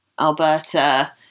Alberta